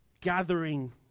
gathering